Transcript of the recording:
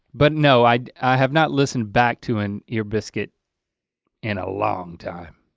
but no, i i have not listened back to an ear biscuit in a long time,